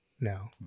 No